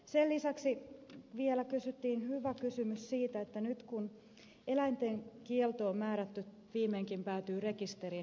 sen lisäksi vielä tehtiin hyvä kysymys siitä että nyt eläintenpitokieltoon määrätyt viimeinkin päätyvät rekisteriin ed